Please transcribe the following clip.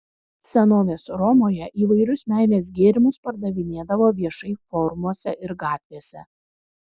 senovės romoje įvairius meilės gėrimus pardavinėdavo viešai forumuose ir gatvėse